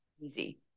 easy